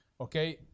Okay